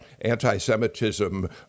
anti-Semitism